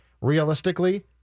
realistically